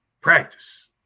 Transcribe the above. practice